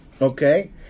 Okay